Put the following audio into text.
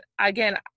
again